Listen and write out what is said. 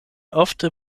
ofte